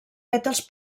pètals